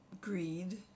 greed